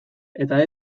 eta